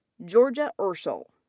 georgia urschel.